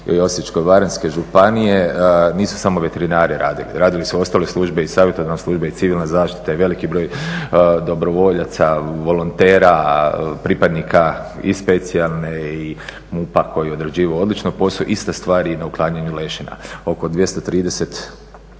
Osječko-baranjske županije nisu samo veterinari radili, radile su i ostale službe i savjetodavne službe i civilna zaštita i veliki broj dobrovoljaca, volontera, pripadnika i specijalne i MUP-a koji je odrađivao odlično posao iste stvari i na uklanjanju lešina. Oko 230